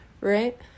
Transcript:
right